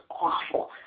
awful